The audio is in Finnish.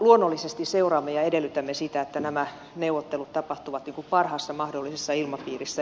luonnollisesti seuraamme ja edellytämme sitä että nämä neuvottelut tapahtuvat parhaassa mahdollisessa ilmapiirissä